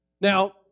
Now